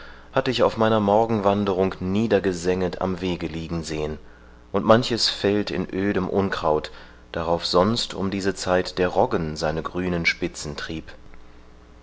hatte ich auf meiner morgenwanderung niedergesenget am wege liegen sehen und manches feld in ödem unkraut darauf sonst um diese zeit der roggen seine grünen